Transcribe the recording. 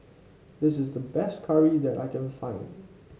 this is the best curry that I can find